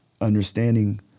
understanding